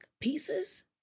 pieces